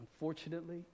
unfortunately